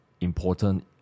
important